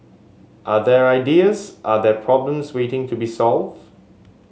are there ideas are there problems waiting to be solved